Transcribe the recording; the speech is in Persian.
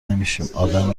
نمیشیم، ادم